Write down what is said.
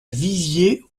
vivier